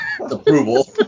approval